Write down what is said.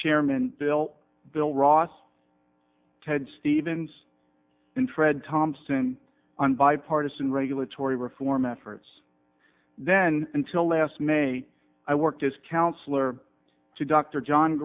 chairman bill bill ross ted stevens in tred thompson on bipartisan regulatory reform efforts then until last may i worked as counselor to dr john